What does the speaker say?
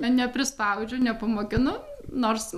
neprispaudžiu nepamokinu nors